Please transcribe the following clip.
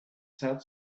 said